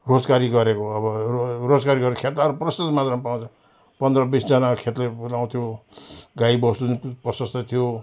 रोजगारी गरेको अब रो रोजगारी गरेको खेताला प्रशस्त मात्रामा पाउँछ पन्ध्र बिसजना खेताला लगाउँथ्यो गाई वस्तु प्रशस्त थियो